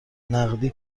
نقدی